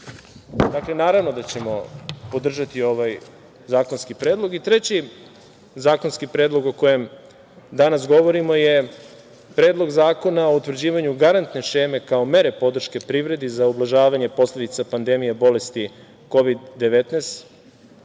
godina. Naravno da ćemo podržati ovaj zakonski predlog. Treći zakonski predlog o kojem danas govorimo je Predlog zakona o utvrđivanju garantne šeme kao mere podrške privredi za ublažavanje posledica pandemije bolesti Kovid 19.